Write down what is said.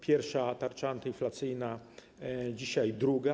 Pierwsza tarcza antyinflacyjna, dzisiaj druga.